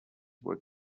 were